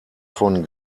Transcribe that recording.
von